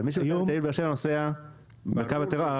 אבל מי שנוסע מתל אביב לבאר שבע נוסע בקו הרגיל.